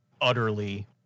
utterly